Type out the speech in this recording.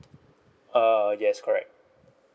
uh yes correct